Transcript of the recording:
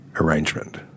arrangement